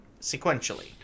sequentially